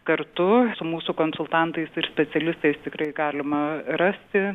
kartu su mūsų konsultantais ir specialistais tikrai galima rasti